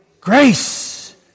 Grace